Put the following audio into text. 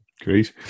Great